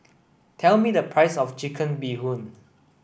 tell me the price of chicken bee hoon